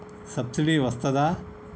Subsidy వస్తదా?